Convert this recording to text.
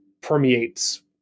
permeates